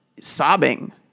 sobbing